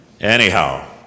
Anyhow